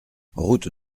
route